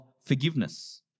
forgiveness